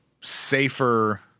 safer